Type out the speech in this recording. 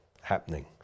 happening